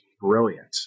Brilliant